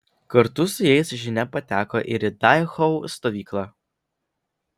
kartu su jais žinia pateko ir į dachau stovyklą